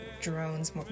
drones